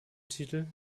titel